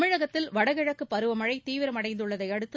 தமிழகத்தில் வடகிழக்கு பருவமழை தீவிரமடைந்துள்ளதை அடுத்து